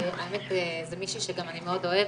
האמת זה מישהי שאני מאוד אוהבת,